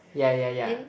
yeah yeah yeah